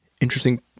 interesting